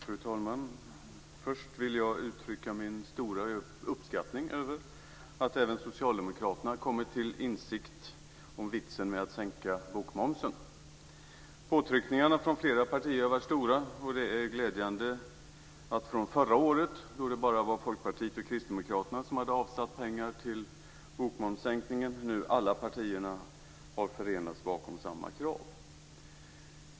Fru talman! Först vill jag uttrycka min stora uppskattning över att även Socialdemokraterna har kommit till insikt om vitsen med att sänka bokmomsen. Påtryckningarna från flera partier har varit stora. Förra året var det bara Folkpartiet och Kristdemokraterna som hade avsatt pengar till bokmomssänkningen. Det är glädjande att nu alla partier har förenats bakom samma krav.